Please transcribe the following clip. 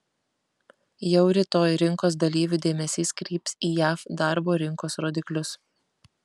jau rytoj rinkos dalyvių dėmesys kryps į jav darbo rinkos rodiklius